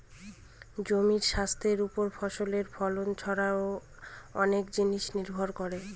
জমির স্বাস্থ্যের ওপর ফসলের ফলন ছারাও অনেক জিনিস নির্ভর করে